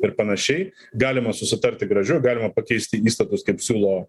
ir panašiai galima susitarti gražiuoju galima pakeisti įstatus kaip siūlo